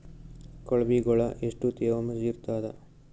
ಕೊಳವಿಗೊಳ ಎಷ್ಟು ತೇವಾಂಶ ಇರ್ತಾದ?